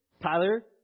Tyler